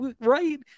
right